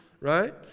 right